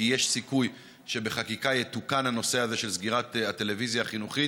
כי יש סיכוי שבחקיקה יתוקן הנושא הזה של סגירת הטלוויזיה החינוכית.